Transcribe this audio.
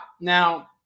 now